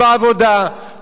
לא באקדמיה,